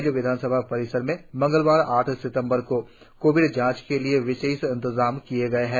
राज्य विधानसभा परिसर में मंगलवार आठ सितंबर को कोविड जांच के लिए विशेष इंतजाम किए गए है